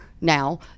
now